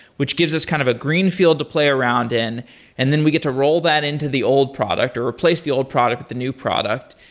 which gives us kind of a green field to play around in and then we get to roll that into the old product, or replace the old product with the new product.